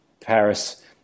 Paris